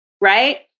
Right